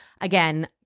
again